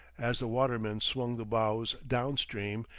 as the watermen swung the bows down-stream,